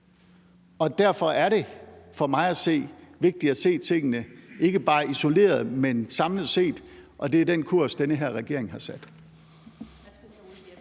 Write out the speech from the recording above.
Derfor er det for mig at se vigtigt at se tingene ikke bare isoleret, men samlet, og det er den kurs, den her regering har sat.